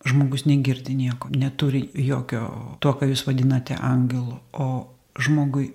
žmogus negirdi nieko neturi jokio to ką jūs vadinate angelu o žmogui